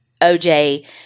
OJ